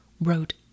wrote